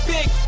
Big